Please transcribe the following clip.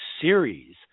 series